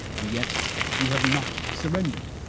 and yet you have not surrendered,